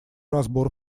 разбор